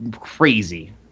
crazy